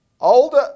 older